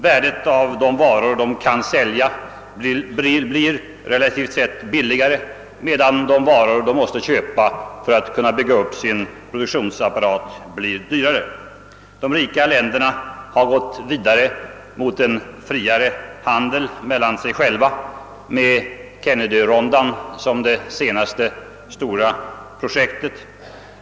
Värdet av de varor som de kan sälja blir relativt sett lägre, medan de varor de måste köpa för att kunna bygga upp sin produktionsapparat blir dyrare. De rika länderna har gått vidare mot en friare handel mellan sig själva med Kennedyrondan som det senaste stora projektet.